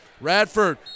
Radford